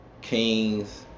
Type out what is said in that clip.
kings